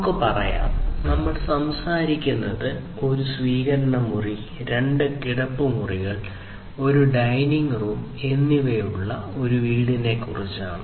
നമുക്ക് പറയാം നമ്മൾ സംസാരിക്കുന്നത് ഒരു സ്വീകരണമുറി രണ്ട് കിടപ്പുമുറികൾ ഒരു ഡൈനിംഗ് റൂം എന്നിവയുള്ള ഒരു വീടിനെക്കുറിച്ചാണ്